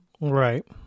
right